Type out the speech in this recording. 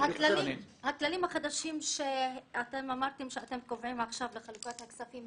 הכללים החדשים שאתם אמרתם שאתם קובעים עכשיו לחלוקת הכספים,